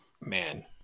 man